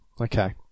Okay